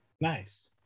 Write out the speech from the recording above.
nice